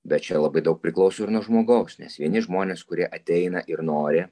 bet čia labai daug priklauso ir nuo žmogaus nes vieni žmonės kurie ateina ir nori